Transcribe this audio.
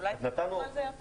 אולי תרחיבו על זה?